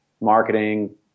marketing